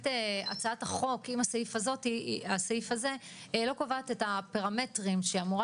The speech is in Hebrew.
והצעת החוק עם הסעיף הזה לא קובעת את הפרמטרים שהיא אמורה